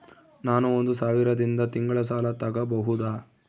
ನಾನು ಒಂದು ಸಾವಿರದಿಂದ ತಿಂಗಳ ಸಾಲ ತಗಬಹುದಾ?